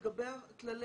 לגבי כללי